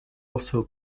also